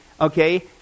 okay